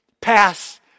pass